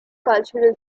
cultural